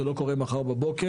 זה לא קורה מחר בבוקר,